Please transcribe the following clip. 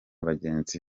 bagenzi